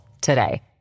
today